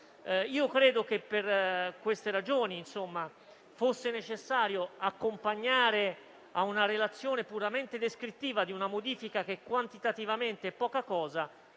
ho creduto fosse necessario accompagnare ad una relazione puramente descrittiva di una modifica, che quantitativamente è poca cosa,